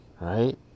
Right